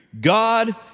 God